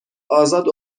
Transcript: ازاد